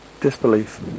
disbelief